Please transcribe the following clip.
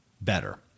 better